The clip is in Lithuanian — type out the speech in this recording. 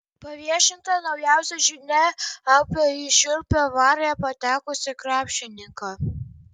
paviešinta naujausia žinia apie į šiurpią avariją patekusį krepšininką